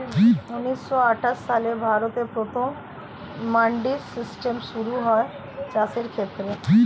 ঊন্নিশো আটাশ সালে ভারতে প্রথম মান্ডি সিস্টেম শুরু হয় চাষের ক্ষেত্রে